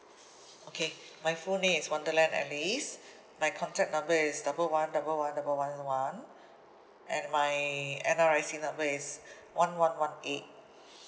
okay my full name is wonderland alice my contact number is double one double one double one one and my N_R_I_C number is one one one A